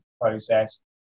process